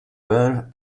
where